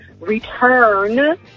return